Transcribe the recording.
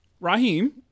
Raheem